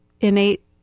innate